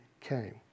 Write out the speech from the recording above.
came